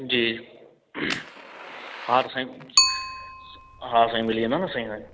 जी हा साईं हा साईं मिली वेंदो न साईं